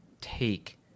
take